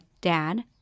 dad